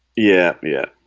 yeah, yeah,